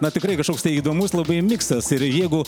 na tikrai kažkoks tai įdomus labai miksas ir jeigu